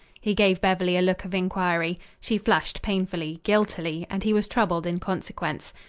he gave beverly a look of inquiry. she flushed painfully, guiltily, and he was troubled in consequence.